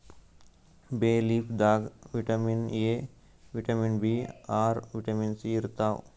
ಬೇ ಲೀಫ್ ದಾಗ್ vitamin A, vitamin B ಆರ್, ವಿಟಮಿನ್ ಸಿ ಇರ್ತವ್